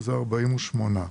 48,